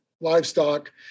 livestock